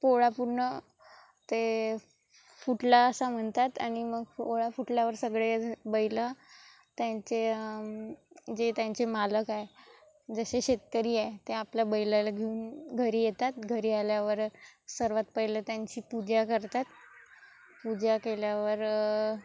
पोळा पूर्ण ते फुटला असं म्हणतात आणि मग पोळा फुटल्यावर सगळे बैलं त्यांचे जे त्यांचे मालक आहे जसे शेतकरी आहे ते आपल्या बैलाला घेऊन घरी येतात घरी आल्यावर सर्वात पहिलं त्यांची पूजा करतात पूजा केल्यावर